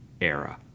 Era